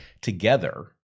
together